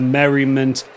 merriment